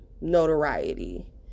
notoriety